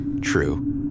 True